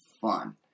fun